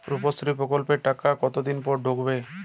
রুপশ্রী প্রকল্পের টাকা কতদিন পর ঢুকবে?